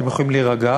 אתם יכולים להירגע,